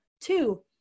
Two